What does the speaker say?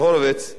רדו מהגג,